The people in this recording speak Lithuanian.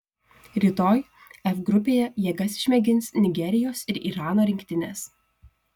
rytoj f grupėje jėgas išmėgins nigerijos ir irano rinktinės